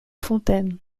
fontaines